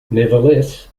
nevertheless